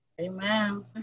Amen